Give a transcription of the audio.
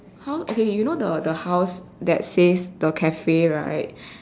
how okay you know the house that says the cafe right